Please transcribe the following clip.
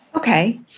Okay